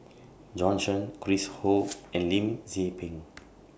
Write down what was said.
Bjorn Shen Chris Ho and Lim Tze Peng